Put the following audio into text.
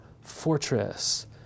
fortress